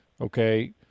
okay